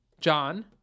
John